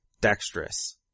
dexterous